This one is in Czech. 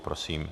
Prosím.